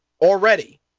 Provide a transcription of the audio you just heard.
already